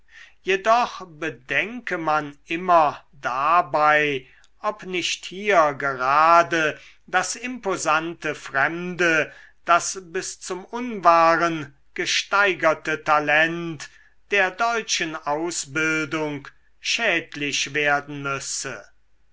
jedoch bedenke man immer dabei ob nicht hier gerade das imposante fremde das bis zum unwahren gesteigerte talent der deutschen ausbildung schädlich werden müsse